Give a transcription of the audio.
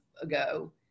ago